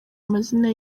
amazina